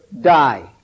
die